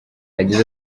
yagize